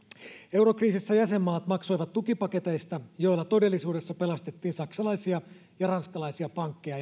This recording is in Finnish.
eurokriisissä jäsenmaat maksoivat tukipaketeista joilla todellisuudessa pelastettiin saksalaisia ja ranskalaisia pankkeja